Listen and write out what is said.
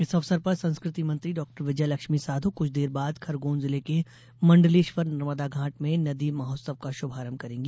इस अवसर पर संस्कृति मंत्री डॉ विजयलक्ष्मी साधौ कुछ देर बाद खरगौन जिले के मण्डलेश्वर नर्मदा घाट में नदी महोत्सव का शुभारंभ करेंगी